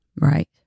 Right